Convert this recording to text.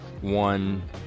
one